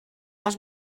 als